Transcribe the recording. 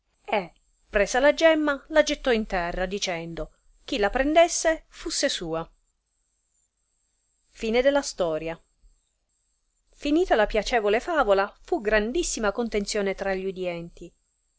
e presa la gemma la gettò in terra dicendo chi la prendesse fusse sua finita la piacevole favola fu grandissima contenzione tra gli audienti